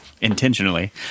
intentionally